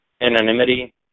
anonymity